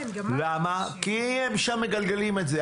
כי הם שם מגלגלים את זה.